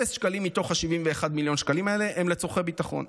אפס שקלים מתוך ה-71 מיליון שקלים האלה הם לצורכי ביטחון.